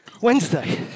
Wednesday